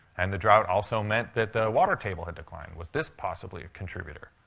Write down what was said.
and the drought also meant that the water table had declined. was this possibly a contributor?